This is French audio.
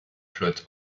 flotte